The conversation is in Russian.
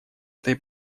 этой